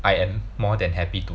I am more than happy to